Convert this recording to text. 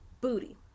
Booty